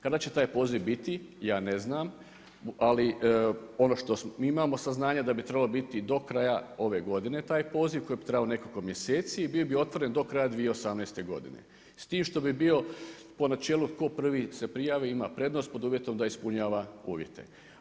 Kada će taj poziv biti, ja ne znam, ali ono što mi imamo saznanja da bi trebalo biti do kraja ove godine taj poziv koji bi trajao nekoliko mjeseci i bio bi otvoren do kraja 2018. godine, s tim što bi bio po načelu tko prvi se prijavi ima prednost, pod uvjetom da ispunjava uvjete.